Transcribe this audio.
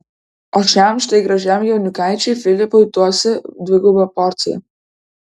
o šiam štai gražiam jaunikaičiui filipui duosi dvigubą porciją